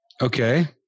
Okay